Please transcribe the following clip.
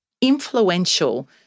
influential